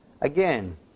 again